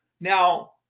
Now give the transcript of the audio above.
Now